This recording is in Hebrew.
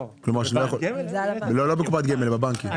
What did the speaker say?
לא בקופת גמל; בבנקים.